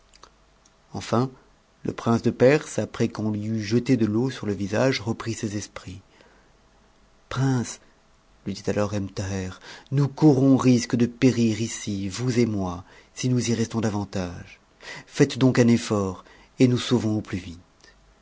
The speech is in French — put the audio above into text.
enfin le prince de perse après qu'on lui eut jeté de l'eau sur le visage reprit ses esprits prince lui dit alors ebn thaher nous courons risque de périr ici vous et moi si nous y restons davantage faites donc un effort et nous sauvons au plus vite